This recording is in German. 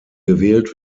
gewählt